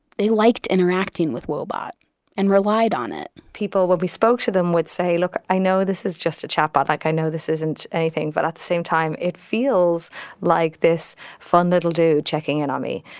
they liked interacting with woebot and relied on it people when we spoke to them, would say, look, i know this is just a chatbot. like i know this isn't anything, but at the same time it feels like this fun little dude checking in on me,